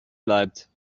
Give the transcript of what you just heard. bleibt